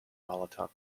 molotov